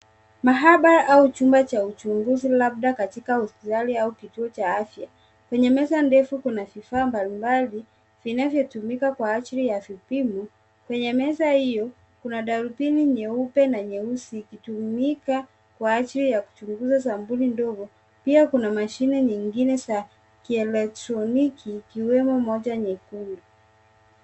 Mahabara au chumba cha uchunguzi labda katika hospitali au kituo cha afya. Kwenye meza ndefu, kuna vifaa mbalimbali vinayotumika kwa ajili ya vipimo. Kwenye meza hiyo, kuna darubini nyeupe na nyeusi ikitumika kwa ajili kuchunguza sampuli ndogo, pia kuna mashine zingine za kielektroniki ikiwemo moja nyekundu.